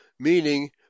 meaning